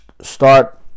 start